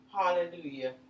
hallelujah